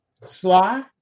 sly